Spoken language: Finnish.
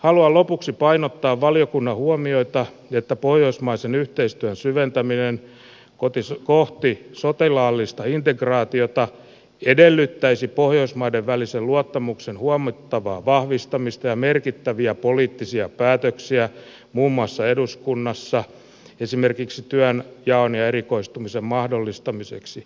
haluan lopuksi painottaa valiokunnan huomioita että pohjoismaisen yhteistyön syventäminen kohti sotilaallista integraatiota edellyttäisi pohjoismaiden välisen luottamuksen huomattavaa vahvistamista ja merkittäviä poliittisia päätöksiä muun muassa eduskunnassa esimerkiksi työnjaon ja erikoistumisen mahdollistamiseksi